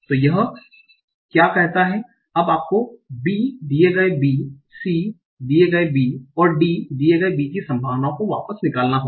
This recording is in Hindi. तो यह क्या कहता है कि अब आपको दिए गए b के लिए b की दिए गए c के लिए b की और दिए गए d के लिए b की बैक ऑफ प्रॉबबिलिटि निकालना होगा